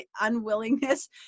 unwillingness